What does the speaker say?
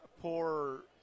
poor